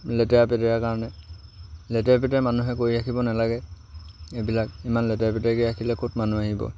লেতেৰা পেতেৰা কাৰণে লেতেৰা পেতেৰা মানুহে কৰি ৰাখিব নালাগে এইবিলাক ইমান লেতেৰা পেতেৰাকৈ ৰাখিলে ক'ত মানুহ আহিব